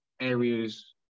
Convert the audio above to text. areas